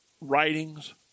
writings